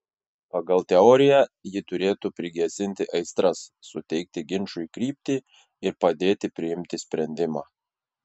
pagal teoriją ji turėtų prigesinti aistras suteikti ginčui kryptį ir padėti priimti sprendimą